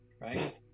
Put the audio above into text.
right